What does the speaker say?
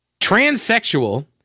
transsexual